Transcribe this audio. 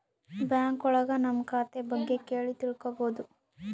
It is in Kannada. ಬ್ಯಾಂಕ್ ಒಳಗ ನಮ್ ಖಾತೆ ಬಗ್ಗೆ ಕೇಳಿ ತಿಳ್ಕೋಬೋದು